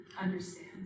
understand